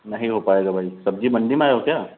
नहीं हो पाएगा भाई सब्ज़ी मंडी में आए हो क्या